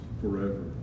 forever